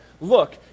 Look